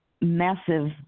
massive